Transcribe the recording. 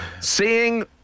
seeing